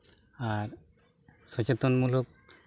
ᱟᱨ ᱥᱚᱪᱮᱛᱚᱱ ᱢᱩᱞᱚᱠ